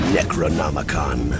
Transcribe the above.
Necronomicon